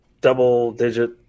double-digit